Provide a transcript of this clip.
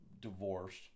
divorced